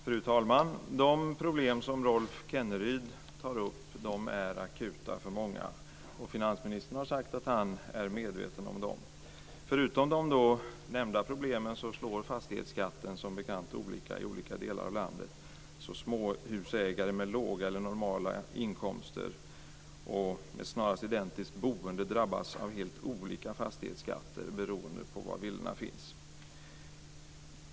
Fru talman! De problem som Rolf Kenneryd tar upp är akuta för många, och finansministern har sagt att han är medveten om dem. Förutom de nämnda problemen slår fastighetsskatten, som bekant, olika i olika delar av landet. Småhusägare med låga eller normala inkomster med identiskt boende drabbas av helt olika fastighetsskatter beroende på var deras villor är belägna.